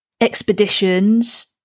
expeditions